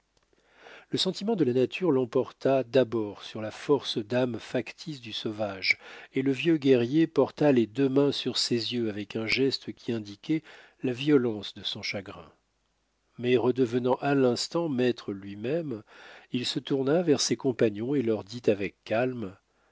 le sentiment de la nature l'emporta d'abord sur la force d'âme factice du sauvage et le vieux guerrier porta les deux mains sur ses yeux avec un geste qui indiquait la violence de son chagrin mais redevenant à l'instant maître lui-même il se tourna vers ses compagnons et leur dit avec calme